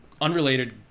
unrelated